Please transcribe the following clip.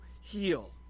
heal